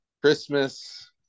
Christmas